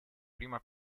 prima